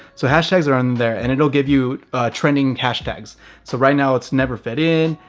so hashtags are on there and it'll give you trending hashtags. so right now, it's neverfitin,